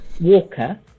Walker